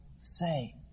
say